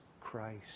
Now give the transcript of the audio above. Christ